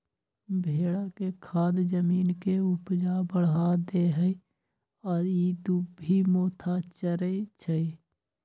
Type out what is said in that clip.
भेड़ा के खाद जमीन के ऊपजा बढ़ा देहइ आ इ दुभि मोथा चरै छइ